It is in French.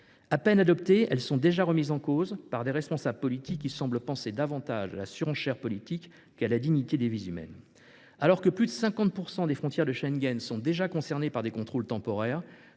À peine adoptées, ces mesures sont déjà remises en cause par des responsables politiques qui semblent penser davantage à la surenchère politique qu’à la dignité des vies humaines. Alors que plus de 50 % des frontières internes de l’espace Schengen sont déjà concernées par des contrôles temporaires,